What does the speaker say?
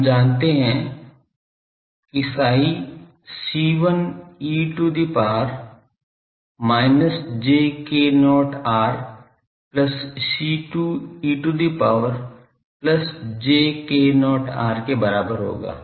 हम जानते हैं कि phi C1 e to the power minus j k not r plus C2 e to the power plus j k not r के बराबर होगा